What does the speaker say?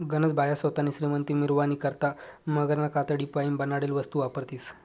गनज बाया सोतानी श्रीमंती मिरावानी करता मगरना कातडीपाईन बनाडेल वस्तू वापरतीस